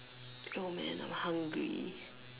yo man I'm hungry